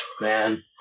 Man